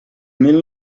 mil